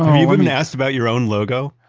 have you been asked about your own logo?